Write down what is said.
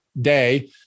day